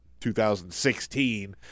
2016